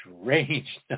strange